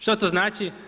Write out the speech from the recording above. Što to znači?